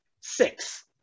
Six